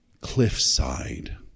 cliffside